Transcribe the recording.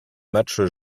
matches